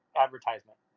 advertisement